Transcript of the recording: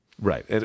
Right